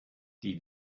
die